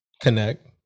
Connect